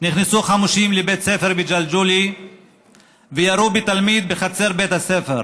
נכנסו חמושים לבית ספר בג׳לג'וליה וירו בתלמיד בחצר בית הספר.